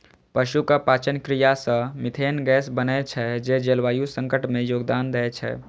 पशुक पाचन क्रिया सं मिथेन गैस बनै छै, जे जलवायु संकट मे योगदान दै छै